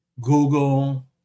Google